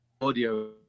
audio